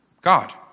God